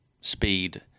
speed